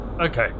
Okay